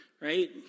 right